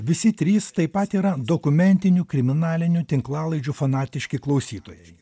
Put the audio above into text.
visi trys taip pat yra dokumentinių kriminalinių tinklalaidžių fanatiški klausytojai